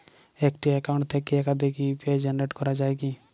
একটি অ্যাকাউন্ট থেকে একাধিক ইউ.পি.আই জেনারেট করা যায় কি?